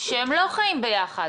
שהם לא חיים ביחד,